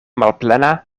malplena